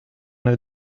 nel